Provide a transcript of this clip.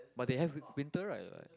but they have win~ winter right like